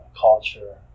culture